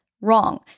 wrong